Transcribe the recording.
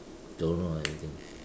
don't know anything